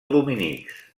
dominics